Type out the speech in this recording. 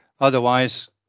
otherwise